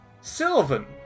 Sylvan